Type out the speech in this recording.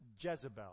Jezebel